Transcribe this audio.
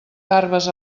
garbes